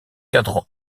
cadre